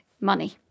money